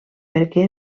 perquè